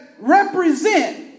represent